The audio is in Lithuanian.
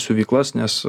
siuvyklas nes